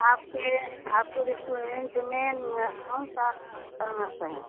आपके आपके रेस्टोरेंट में कौन सा फेमस है